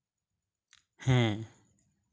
ᱦᱮᱸ